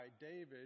David